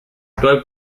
actuar